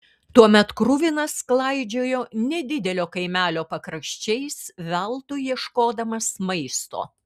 tuomet kruvinas klaidžiojo nedidelio kaimelio pakraščiais veltui ieškodamas maisto